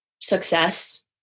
success